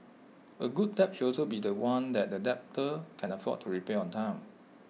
A good debt should also be The One that the debtor can afford to repay on time